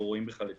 לא רואים אותן,